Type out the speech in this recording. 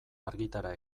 argitara